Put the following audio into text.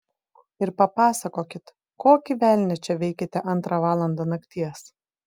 ir papasakokit kokį velnią čia veikiate antrą valandą nakties